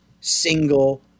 single